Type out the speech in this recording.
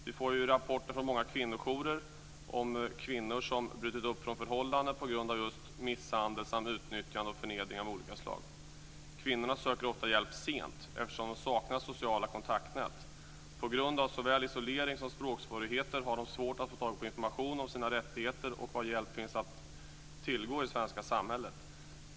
Vi får rapporter från många kvinnojourer om kvinnor som har brutit upp från förhållanden på grund av just misshandel samt utnyttjande och förnedring av olika slag. Kvinnorna söker ofta hjälp sent, eftersom de saknar sociala kontaktnät. På grund av såväl isolering som språksvårigheter har de svårt att få tag i information om sina rättigheter och om var hjälp finns att tillgå i det svenska samhället.